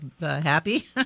happy